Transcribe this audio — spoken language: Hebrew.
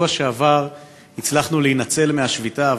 בשבוע שעבר הצלחנו להינצל מהשביתה,